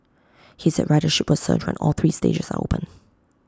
he said ridership will surge when all three stages are open